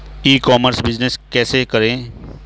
ई commerce business कैसे करें?